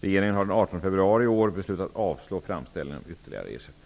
Regeringen har den 18 februari i år beslutat avslå framställningen om ytterligare ersättning.